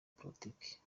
politiki